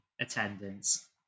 attendance